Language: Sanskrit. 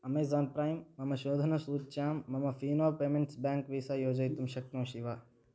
अमेज़ान् प्रैम् मम शोधनसूच्यां मम फ़ीनो पेमेण्ट्स् बेङ्क् वीसा योजयितुं शक्नोषि वा